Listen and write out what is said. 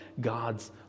God's